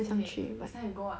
xin yi it's time to go ah